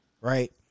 right